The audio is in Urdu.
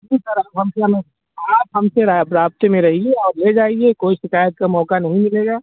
جی سر آپ ہم سے آپ ہم سے رابطے میں رہیے اور لے جائیے کوئی شکایت کا موقع نہیں ملے گا